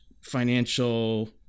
financial